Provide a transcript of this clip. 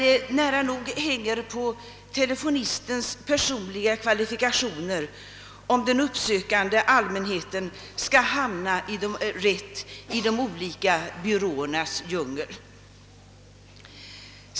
Det hänger nära nog på telefonistens kvalifikationer om den uppsökande allmänheten skall hamna rätt i de olika byråernas djungel.